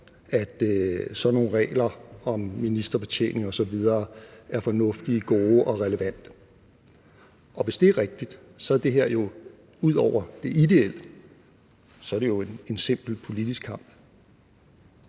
at sådan nogle regler om ministerbetjening osv. er fornuftige, gode og relevante. Og hvis det er rigtigt, er det her jo – ud over det ideelle – en simpel politisk kamp.